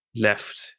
left